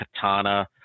katana